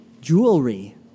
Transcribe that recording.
jewelry